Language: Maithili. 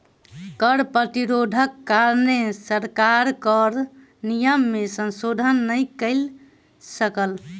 कर प्रतिरोधक कारणेँ सरकार कर नियम में संशोधन नै कय सकल